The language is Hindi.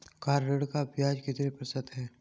कार ऋण पर ब्याज कितने प्रतिशत है?